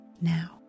now